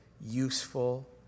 useful